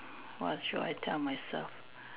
what should I tell myself